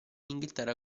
inghilterra